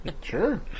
Sure